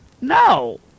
No